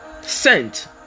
sent